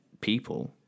people